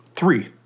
Three